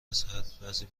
ازحد، بعضی